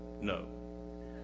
no